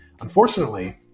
unfortunately